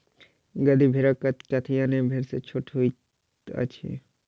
गद्दी भेड़क कद काठी अन्य भेड़ सॅ छोट होइत अछि